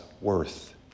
worth